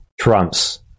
Trump's